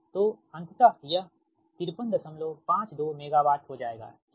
तो अंततः यह 5352 मेगावाट हो जाएगा ठीक